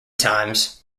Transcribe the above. times